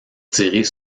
tirer